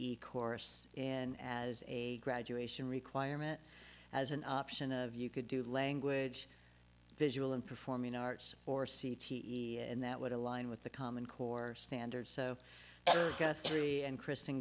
e course and as a graduation requirement as an option of you could do language visual and performing arts or c t e and that would align with the common core standards so guthrie and kristi